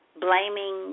Blaming